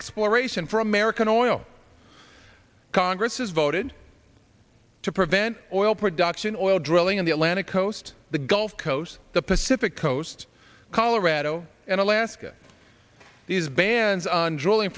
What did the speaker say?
exploration for american oil congress has voted to prevent oil production oil drilling on the atlantic coast the gulf coast the pacific coast colorado and alaska these bans on dr